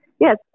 yes